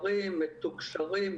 מורה מקבל זמן או משלמים לו,